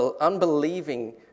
unbelieving